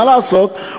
מה לעשות,